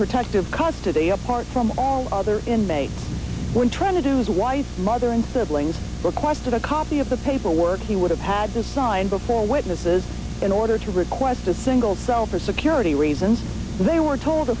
protective custody apart from other inmates were trying to do is wife mother and siblings requested a copy of the paperwork he would have had to sign before witnesses in order to request a single cell for security reasons they were told a